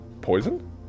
Poison